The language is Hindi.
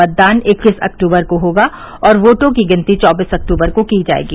मतदान इक्कीस अक्टूबर को होगा और वोटों की गिनती चौबीस अक्टूबर को की जायेगी